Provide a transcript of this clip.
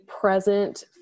present